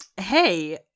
Hey